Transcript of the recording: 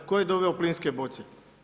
Tko je doveo plinske boce?